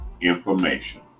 information